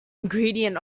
ingredient